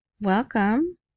welcome